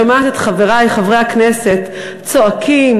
שומעת את חברי חברי הכנסת צועקים,